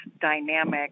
dynamic